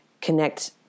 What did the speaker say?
connect